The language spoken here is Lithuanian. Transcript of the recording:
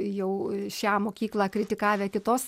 jau šią mokyklą kritikavę kitos